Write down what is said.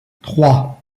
trois